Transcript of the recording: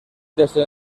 desde